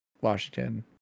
Washington